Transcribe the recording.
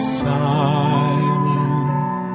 silent